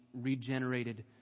regenerated